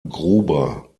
gruber